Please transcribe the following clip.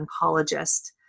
oncologist